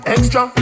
Extra